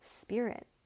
spirit